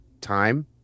time